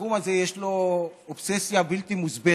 שבתחום הזה יש לו אובססיה בלתי מוסברת,